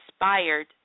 inspired